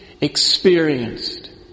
experienced